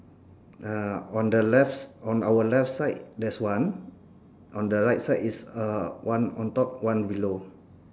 uh on the left on our left side that's one on the right side is uh one on top one below